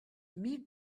mille